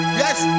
yes